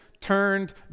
turned